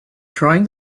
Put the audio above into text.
drawing